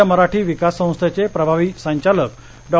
राज्य मराठी विकास संस्थेचे प्रभारी संचालक डॉ